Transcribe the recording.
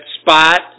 spot